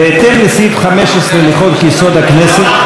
בהתאם לסעיף 15 לחוק-יסוד: הכנסת,